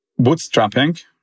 bootstrapping